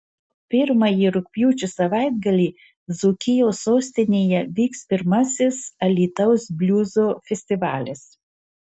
pirmąjį rugpjūčio savaitgalį dzūkijos sostinėje vyks pirmasis alytaus bliuzo festivalis